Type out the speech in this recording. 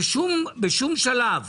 בשום שלב.